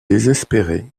désespérée